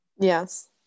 yes